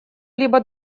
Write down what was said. либо